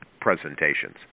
presentations